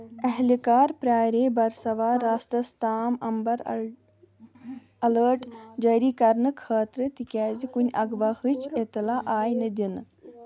اہلِکار پیارے برٛسوار راتس تام امبر ال الٲٹ جٲری کرنہٕ خٲطرٕ تِکیازِ کُنہِ اغوا ہٕچ اطلاع آیہِ نہٕ دِنہٕ